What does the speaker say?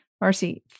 Marcy